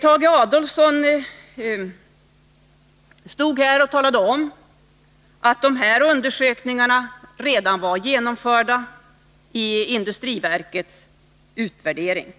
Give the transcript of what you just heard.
Tage Adolfsson stod här nyss och talade om att undersökningarna redan var genomförda, som framgår av industriverkets utvärdering.